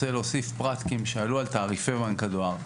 אני רוצה להוסיף פרט כי הם שאלו על תעריפי בנק הדואר.